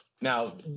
Now